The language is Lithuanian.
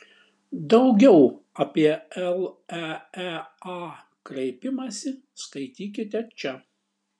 daugiau apie leea kreipimąsi skaitykite čia